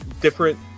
different